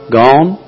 gone